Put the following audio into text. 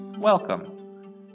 Welcome